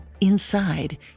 Inside